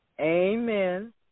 Amen